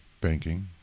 banking